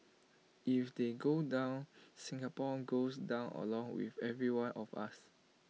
if they go down Singapore goes down along with every one of us